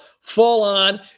full-on